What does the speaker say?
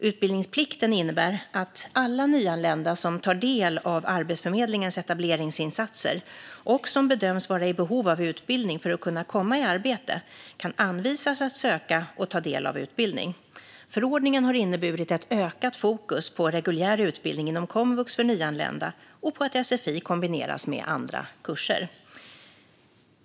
Utbildningsplikten innebär att alla nyanlända som tar del av Arbetsförmedlingens etableringsinsatser och som bedöms vara i behov av utbildning för att kunna komma i arbete kan anvisas att söka och ta del av utbildning. Förordningen har inneburit ett ökat fokus på reguljär utbildning inom komvux för nyanlända och på att sfi kombineras med andra kurser.